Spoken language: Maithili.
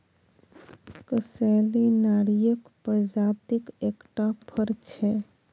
कसैली नारियरक प्रजातिक एकटा फर छै